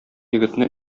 егетне